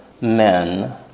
men